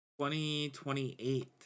2028